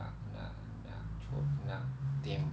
ah nak nak co~ nak tem~